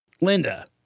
Linda